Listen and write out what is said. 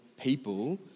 people